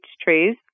trees